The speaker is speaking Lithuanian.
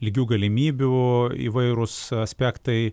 lygių galimybių įvairūs aspektai